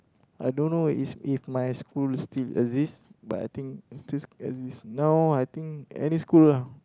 I don't is if my school is still exist but I think is this is this now I think any school lah